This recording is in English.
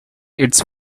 its